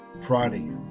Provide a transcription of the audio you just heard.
friday